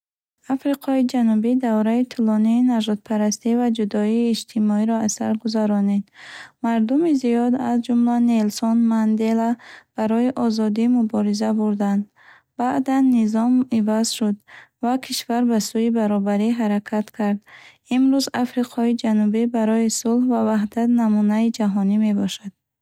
Африқои Ҷанубӣ давраи тӯлонии нажодпарастӣ ва ҷудоии иҷтимоиро аз сар гузаронид. Мардуми зиёд, аз ҷумла Нелсон Мандела, барои озодӣ мубориза бурданд. Баъдан низом иваз шуд ва кишвар ба сӯи баробарӣ ҳаракат кард. Имрӯз Африқои Ҷанубӣ барои сулҳ ва ваҳдат намунаи ҷаҳонӣ мебошад.